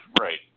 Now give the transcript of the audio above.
right